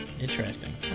Interesting